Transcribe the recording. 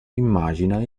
immagina